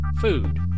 food